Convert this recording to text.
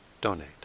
donate